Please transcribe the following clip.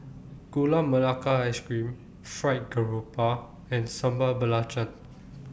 Gula Melaka Ice Cream Fried Garoupa and Sambal Belacan